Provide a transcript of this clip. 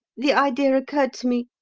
the idea occurred to me.